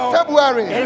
February